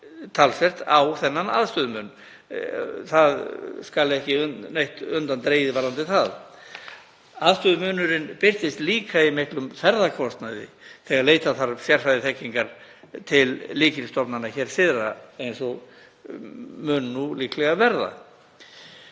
talsvert á þennan aðstöðumun. Það skal ekki neitt undan dregið varðandi það. Aðstöðumunurinn birtist líka í miklum ferðakostnaði þegar leita þarf sérfræðiþekkingar til lykilstofnana hér syðra eins og mun nú líklega verða.